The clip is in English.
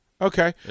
Okay